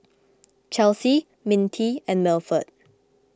Chelsy Mintie and Milford